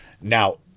now